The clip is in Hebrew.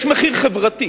יש מחיר חברתי